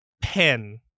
pen